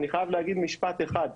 אני חייב להגיד משפט אחד.